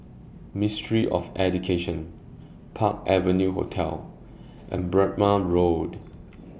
Ministry of Education Park Avenue Hotel and Berrima Road